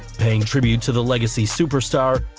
paying tribute to the legacy superstar,